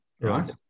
right